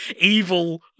evil